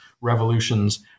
revolutions